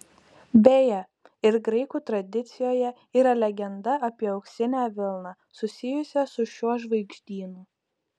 beje ir graikų tradicijoje yra legenda apie auksinę vilną susijusią su šiuo žvaigždynu